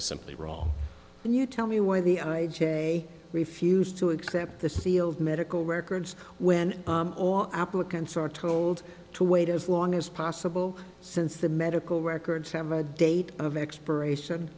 was simply wrong and you tell me why the i j a refused to accept the sealed medical records when all applicants are told to wait as long as possible since the medical records have a date of expiration